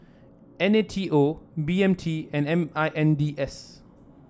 N A T O B M T and M I N D S